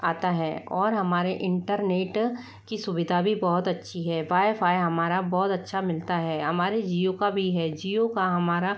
आता है और हमारे इंटरनेट की सुविधा भी बहुत अच्छी है वाएफाए हमारा बहुत अच्छा मिलता है हमारे जिओ का भी है जिओ का हमारा